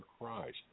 Christ